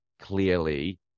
clearly